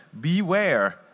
beware